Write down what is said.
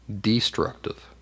destructive